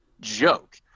joke